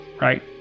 right